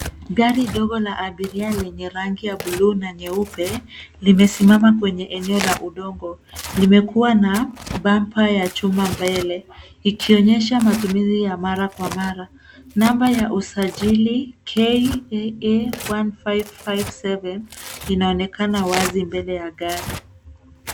Gari dogo la abiria lenye rangi ya buluu na nyeupe limesimama kwenye eneo la udongo. Limekuwa na bumper ya chuma mbele ikionyesha matumizi ya mara kwa mara. Namba ya usajili KAA 1557 inaonekana wazi mbele ya gari.